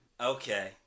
Okay